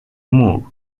moore